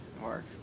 Mark